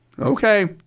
okay